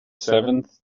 seventh